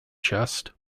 chest